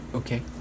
Okay